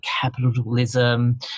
capitalism